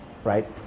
Right